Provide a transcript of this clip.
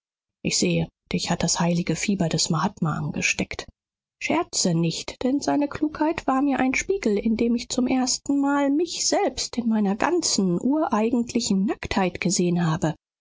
ich sehe dich hat das heilige fieber des mahatma angesteckt scherze nicht denn seine klugheit war mir ein spiegel in dem ich zum erstenmal mich selbst in meiner ganzen ureigentlichen nacktheit gesehen habe